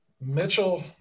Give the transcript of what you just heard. Mitchell